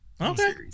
Okay